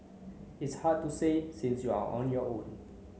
it's hard to say since you're on your own